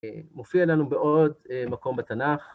מופיע לנו בעוד מקום בתנ״ך.